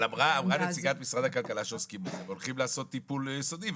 אבל אמרה נציגת משרד הכלכלה שעוסקים בזה והולכים לעשות טיפול יסודי,